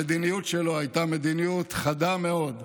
המדיניות שלו הייתה מדיניות חדה מאוד: